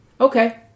Okay